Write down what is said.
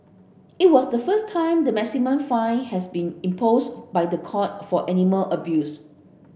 it was the first time the maximum fine has been imposed by the court for animal abuse